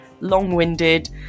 long-winded